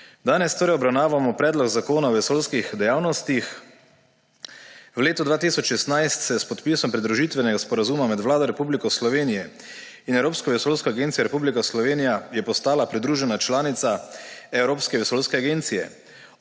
Danes torej obravnavamo Predlog zakona o vesoljskih dejavnostih. V letu 2016 je s podpisom pridružitvenega sporazuma med Vlado Republike Slovenije in Evropsko vesoljsko agencijo Republika Slovenija postala pridružena članica Evropske vesoljske agencije.